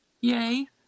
Yay